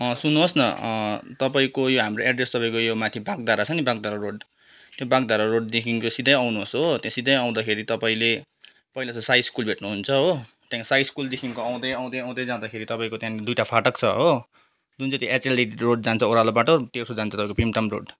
सुन्नुहोस् न तपाईँको यो हाम्रो एड्रेस तपाईँको यो माथि बागधारा छ नि बागधारा रोड त्यो बागधारा रोडदेखिको सिधै आउनुहोस् हो त्यहाँ सिधै आउँदाखेरि तपाईँले पहिला त साई स्कुल भेट्नुहुन्छ हो त्यहाँदेखि साई स्कुलदेखि आउँदै आउँदै आउँदै जाँदाखेरि तपाईँको त्यहाँनिर दुईवटा फाटक छ हो जुन चाहिँ एचएलडी रोड जान्छ ओह्रालो बाटो तेर्सो जान्छ तपाईँको प्रिमताम रोड